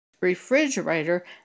refrigerator